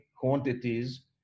quantities